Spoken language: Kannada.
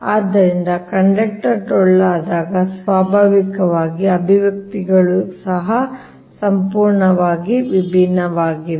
ಆದ್ದರಿಂದ ಕಂಡಕ್ಟರ್ ಟೊಳ್ಳಾದಾಗ ಸ್ವಾಭಾವಿಕವಾಗಿ ಅಭಿವ್ಯಕ್ತಿಗಳು ಸಹ ಸಂಪೂರ್ಣವಾಗಿ ವಿಭಿನ್ನವಾಗಿವೆ